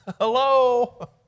Hello